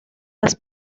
las